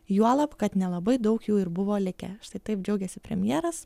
juolab kad nelabai daug jų ir buvo likę štai taip džiaugiasi premjeras